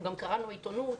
גם קראנו עיתונות.